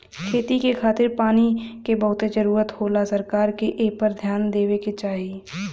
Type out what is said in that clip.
खेती के खातिर पानी के बहुते जरूरत होला सरकार के एपर ध्यान देवे के चाही